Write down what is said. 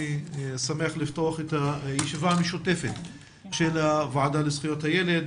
אני שמח לפתוח את הישיבה המשותפת של הוועדה לזכויות הילד